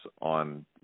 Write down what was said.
on